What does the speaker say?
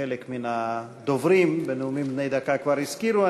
שחלק מהדוברים בנאומים בני דקה כבר הזכירו: